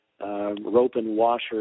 rope-and-washer